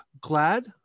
Glad